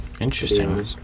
interesting